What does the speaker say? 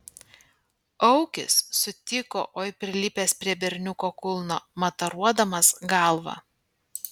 aukis sutiko oi prilipęs prie berniuko kulno mataruodamas galva